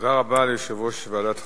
תודה רבה ליושב-ראש ועדת החוקה,